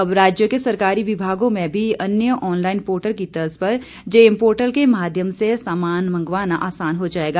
अब राज्य के सरकारी विभागों में भी अन्य ऑनलाईन पोर्टल की तर्ज पर जेम पोर्टल के माध्यम से सामान मंगवाना आसान हो जाएगा